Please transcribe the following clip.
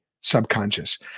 subconscious